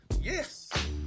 Yes